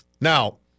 Now